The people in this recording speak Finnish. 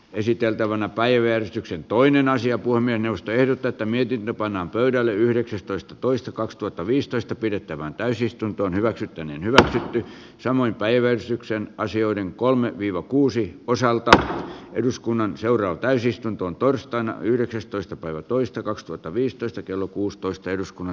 esiteltävänä päivystyksen toinen asia on minusta ei tätä mietintä pannaan pöydälle yhdeksästoista toista kaksituhattaviisitoista pidettävään täysistuntoon hyväksytty niin hyvä ja samoin päiväisyyksien asioiden kolme viro kuusi osalta eduskunnan seuraa täysistuntoon torstaina yhdeksästoista päivä toista kaksituhattaviisitoista kello kuusitoista eduskunnan